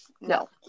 No